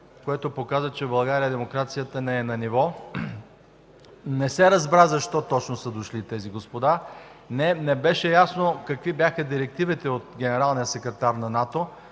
което показа, че в България демокрацията не е на ниво. Не се разбра защо точно са дошли тези господа. Не беше ясно какви бяха директивите от генералния секретар на НАТО.